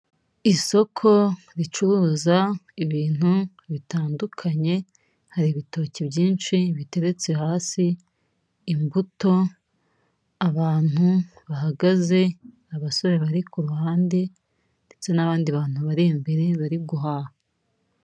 Isoko ricuruza ibintu bitandukanye, hari ibitoki byinshi biteretse hasi, imbuto, abantu bahagaze, abasore bari ku ruhande ndetse n'abandi bantu bari imbere bari guhaha.